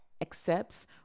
accepts